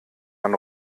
man